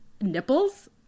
nipples